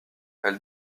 elle